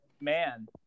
man